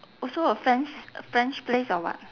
also a french french place or what